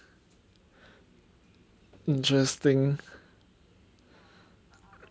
interesting